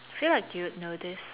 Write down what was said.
feel like you'd know this